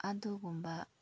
ꯑꯗꯨꯒꯨꯝꯕ